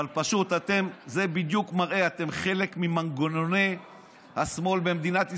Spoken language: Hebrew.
אבל פשוט זה בדיוק מראה שאתם חלק ממנגנוני השמאל במדינת ישראל,